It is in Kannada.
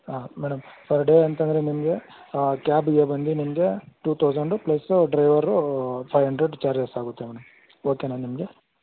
ಹಾಂ ಮೇಡಮ್ ಪರ್ ಡೇ ಅಂತ ಅಂದರೆ ನಿಮಗೆ ಕ್ಯಾಬಿಗೆ ಬಂದು ನಿಮಗೆ two thousand plus driver five hundred charges ಆಗುತ್ತೆ ಮೇಡಮ್ ಓಕೆನಾ ನಿಮಗೆ